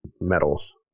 medals